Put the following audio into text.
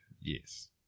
Yes